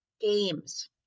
Games